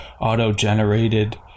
auto-generated